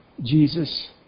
Jesus